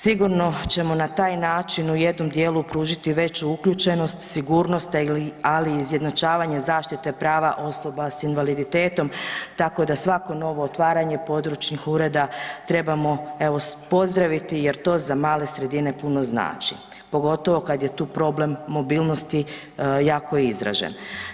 Sigurno ćemo na taj način u jednom dijelu pružiti veću uključenost, sigurnost, ali i izjednačavanje zaštite prava osoba s invaliditetom tako da svako novo otvaranje područnih ureda trebamo evo pozdraviti jer to za male sredine puno znači, pogotovo kad je tu problem mobilnosti jako je izražen.